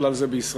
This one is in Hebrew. ובכלל זה בישראל,